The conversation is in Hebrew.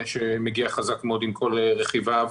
שמגיע חזק מאוד עם כל רכיביו,